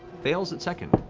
fails its second.